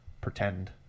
pretend